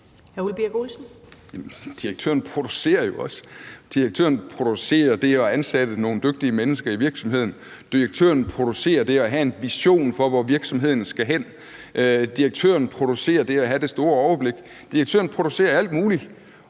direktøren producerer jo også. Direktøren producerer det at ansætte nogle dygtige mennesker i virksomheden. Direktøren producerer det at have en vision for, hvor virksomheden skal hen. Direktøren producerer det at have det store overblik. Direktøren producerer alt muligt.